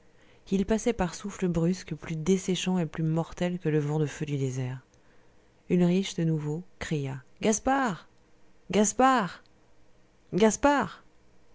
il passait par souffles brusques plus desséchants et plus mortels que le vent de feu du désert ulrich de nouveau cria gaspard gaspard gaspard